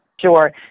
Sure